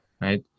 right